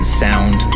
sound